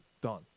Done